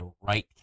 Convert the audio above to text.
right